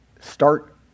start